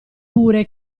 pure